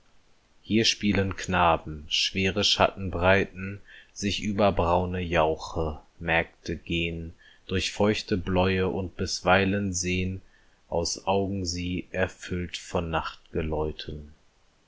hier spielen knaben schwere schatten breiten sich über braune jauche mägde gehn durch feuchte bläue und bisweilen sehn aus augen sie erfüllt von